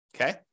okay